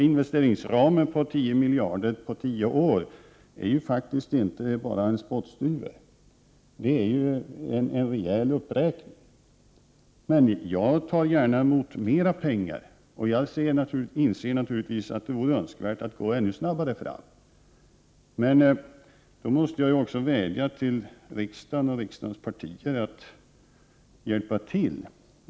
Investeringsramen på 10 miljarder på 10 år är faktiskt inte bara en spottstyver. Det innebär en rejäl uppräkning. Men jag vill gärna ta emot mera pengar, och jag inser naturligtvis att det vore önskvärt att gå ännu snabbare fram, men då måste jag vädja till riksdagens partier att hjälpa till.